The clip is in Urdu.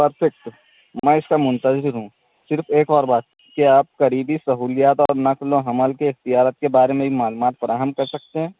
پرفیکٹ میں اس کا منتظر ہوں صرف ایک اور بات کہ آپ قریبی سہولیات اور نقل و حمل کے اختیارات کے بارے میں بھی معلومات فراہم کر سکتے ہیں